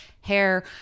hair